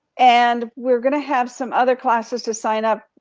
and we're gonna have some other classes to sign up.